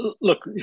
Look